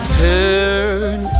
turn